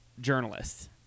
journalists